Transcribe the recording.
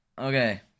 Okay